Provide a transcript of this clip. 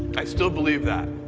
i still believe that.